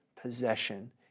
possession